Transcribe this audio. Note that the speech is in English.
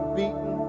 beaten